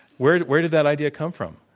where did where did that idea come from?